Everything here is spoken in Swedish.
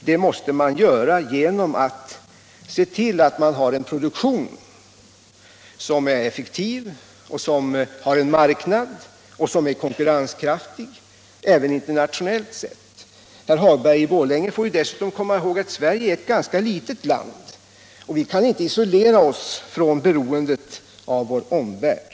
Det gör man genom att se till att man har en produktion som är effektiv, som har en marknad, som är konkurrenskraftig även internationellt sett. Herr Hagberg i Borlänge får dessutom komma ihåg att Sverige är ett ganska litet land. Vi kan inte isolera oss. Vi är beroende av vår omvärld.